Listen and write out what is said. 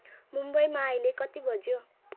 मुम्बईमा अहिले कति बज्यो